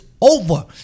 over